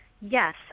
Yes